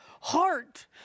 heart